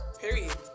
Period